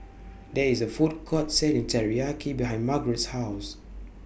There IS A Food Court Selling Teriyaki behind Margarete's House